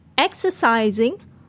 Exercising